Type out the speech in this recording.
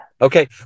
okay